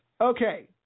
okay